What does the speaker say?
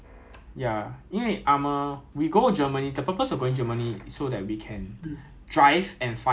ya you want to hit your friend you want to hit Malaysia you want to hit some tree ya but germany got open space for us to train